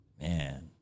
man